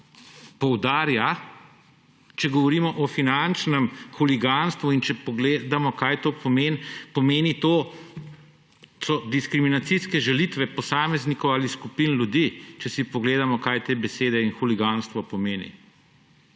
poudarja. Če govorimo o finančnem huliganstvu in če pogledamo, kaj to pomeni, to so diskriminacijske žalitve posameznikov ali skupin ljudi, če si pogledamo, kaj te besede in huliganstvo pomeni.